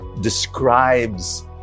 describes